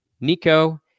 Nico